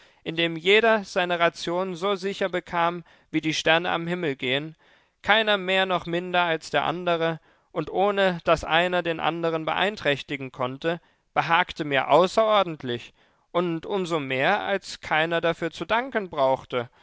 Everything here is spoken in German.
indem jeder seine ration so sicher bekam wie die sterne am himmel gehen keiner mehr noch minder als der andere und ohne daß einer den andern beeinträchtigen konnte behagte mir außerordentlich und um so mehr als keiner dafür zu danken brauchte